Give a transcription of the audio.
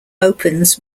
opens